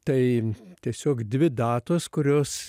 tai tiesiog dvi datos kurios